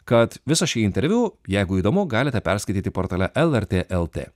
kad visą šį interviu jeigu įdomu galite perskaityti portale lrt lt